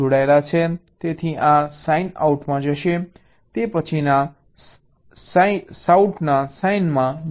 તેથી આ આ સાઈન સાઉટમાં જશે તે પછીના સાઉટના સાઈનમાં જશે